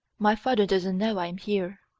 my father doesn't know i am here.